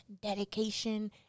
dedication